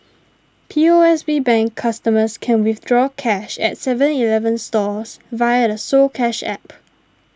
P O S B Bank customers can withdraw cash at Seven Eleven stores via the soCash app